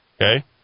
okay